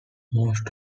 most